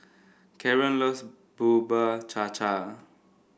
Karon loves Bubur Cha Cha